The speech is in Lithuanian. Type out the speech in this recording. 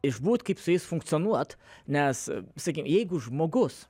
išbūti kaip su jais funkcionuot nes sakykim jeigu žmogus